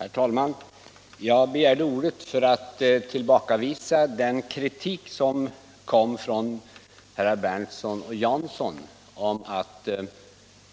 Herr talman! Jag begärde ordet för att tillbakavisa den kritik som kom från herr Berndtson och herr Jansson om att